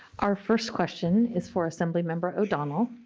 our first question is for assemblymember o'donnell